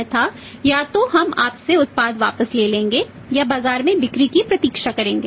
अन्यथा या तो हम आपसे उत्पाद वापस ले लेंगे या बाजार में बिक्री की प्रतीक्षा करेंगे